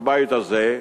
בבית הזה,